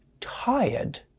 tired